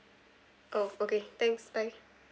oh okay thanks bye